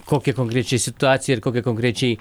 kokią konkrečią situaciją ir kokią konkrečiai